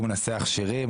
הוא מנסח שירים,